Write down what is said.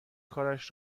کارش